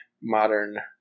modern